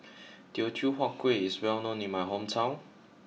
Teochew Huat Kueh is well known in my hometown